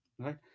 right